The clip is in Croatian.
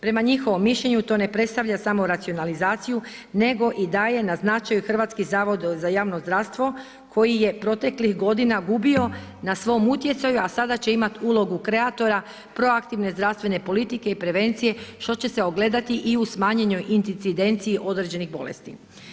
Prema njihovom mišljenju to ne predstavlja samo racionalizaciju nego i daje na značaju Hrvatski zavod za javno zdravstvo koji je proteklih godina gubio na svom utjecaju a sada će imati ulogu kreatora, proaktivne zdravstvene politike i prevencije što će se ogledati i u smanjenoj incidenciji određenih bolesti.